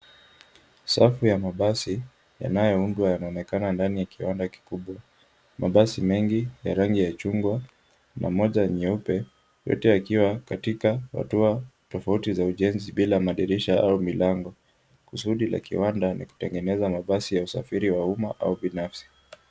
Safu ya mabasi yanayoundwa yanaonekana ndani ya kiwanda kikubwa. Mabasi mengi ya rangi ya chungwa pamoja nyeupe yote yakiwa katika hatua tofauti ya ujenzi bila madirisha au milango. Kusudi ya kiwanda ni kutengeneza mabasi ya usafiri wa umma au binafsi.